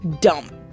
Dump